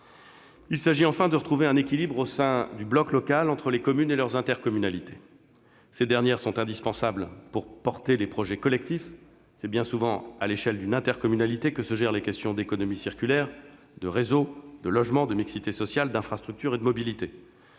Il s'agit enfin de retrouver un équilibre au sein du bloc local entre les communes et leurs intercommunalités. Ces dernières sont indispensables pour porter des projets collectifs. C'est bien souvent à l'échelle d'une intercommunalité que se traitent les questions d'économie circulaire, de réseaux, de logement et de mixité sociale, d'infrastructures, de mobilités,